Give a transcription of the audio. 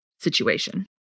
situation